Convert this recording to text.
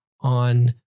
on